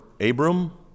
Abram